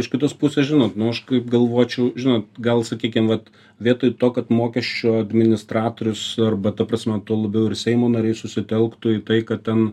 iš kitos pusės žinot nu aš kaip galvočiau žinot gal sakykim vat vietoj to kad mokesčių administratorius arba ta prasme tuo labiau ir seimo nariai susitelktų į tai kad ten